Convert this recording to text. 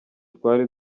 twari